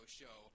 show